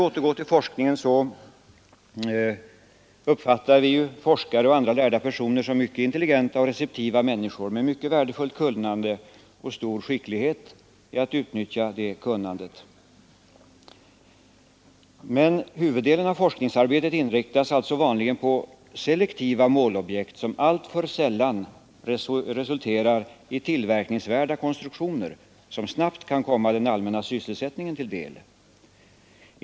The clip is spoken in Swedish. Vi uppfattar ju forskare och andra lärda personer som mycket intelligenta och receptiva människor med mycket värdefullt kunnande och stor skicklighet i att utnyttja detta kunnande. Men huvuddelen av forskningsarbetet inriktas alltså vanligen på selektiva målobjekt som alltför sällan resulterar i tillverkningsvärda konstruktioner, som snabbt kan komma den allmänna sysselsättningen till del.